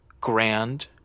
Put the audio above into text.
grand